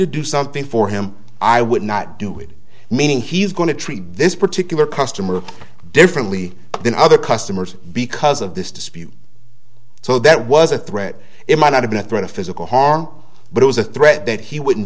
to do something for him i would not do it meaning he's going to treat this particular customer differently than other customers because of this dispute so that was a threat it might not have been a threat of physical harm but it was a threat that he wouldn't